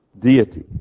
deity